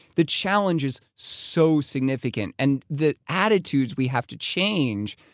the challenge is so significant. and the attitudes we have to change